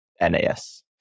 NAS